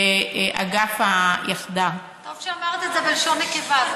באגף היחדה, טוב שאמרת את זה בלשון נקבה.